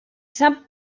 sap